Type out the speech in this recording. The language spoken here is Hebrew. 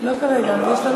לא כרגע, יש לנו